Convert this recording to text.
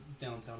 downtown